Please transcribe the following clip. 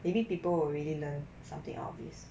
maybe people will really learn something out of this